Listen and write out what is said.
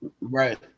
Right